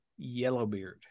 Yellowbeard